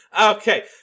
okay